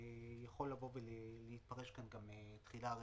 יכולה להתפרש תחילה רטרואקטיבית.